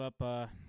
up